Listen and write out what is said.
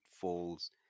falls